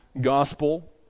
gospel